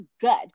good